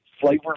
flavors